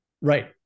Right